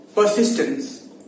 Persistence